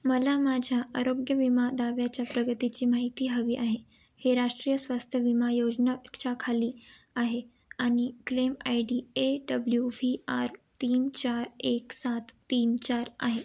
मला माझ्या आरोग्य विमा दाव्याच्या प्रगतीची माहिती हवी आहे हे राष्ट्रीय स्वास्थ्य विमा योजना च्या खाली आहे आणि claim I D A W V R तीन चार एक सात तीन चार आहे